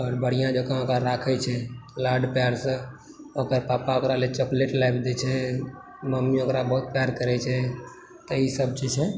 आओर बढ़िआँ जकाँ ओकरा राखय छै लाड प्यारसँ ओकर पापा ओकरा लऽ चॉकलेट लाबि दय छै मम्मी ओकरा बहुत प्यार करय छै तैं इसभ जे छै